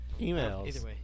emails